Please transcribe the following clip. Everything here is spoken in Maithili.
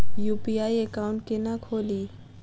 यु.पी.आई एकाउंट केना खोलि?